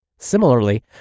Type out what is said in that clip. Similarly